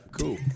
cool